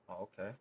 Okay